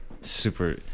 super